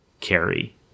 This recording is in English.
carry